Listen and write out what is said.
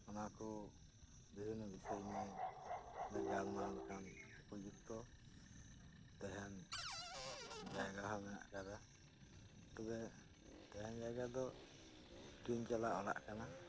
ᱚᱱᱟ ᱠᱚ ᱵᱤᱵᱷᱤᱱᱱᱚ ᱵᱤᱥᱚᱭ ᱱᱤᱭᱮ ᱜᱟᱞᱢᱟᱨᱟᱣ ᱞᱮᱠᱟᱱ ᱩᱯᱚᱡᱩᱠᱛᱚ ᱛᱟᱦᱮᱸᱱ ᱡᱟᱭᱜᱟ ᱦᱚᱸ ᱢᱮᱱᱟᱜ ᱠᱟᱫᱟ ᱛᱚᱵᱮ ᱛᱟᱦᱮᱸᱱ ᱡᱟᱭᱜᱟ ᱫᱚ ᱴᱤᱱ ᱪᱟᱞᱟ ᱚᱲᱟᱜ ᱠᱟᱱᱟ